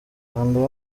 kanda